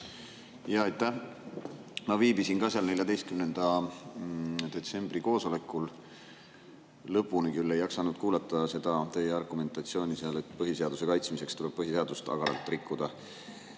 Aitäh! Ma viibisin ka sellel 14. detsembri koosolekul. Lõpuni küll ei jaksanud kuulata seal seda teie argumentatsiooni, et põhiseaduse kaitsmiseks tuleb põhiseadust agaralt rikkuda.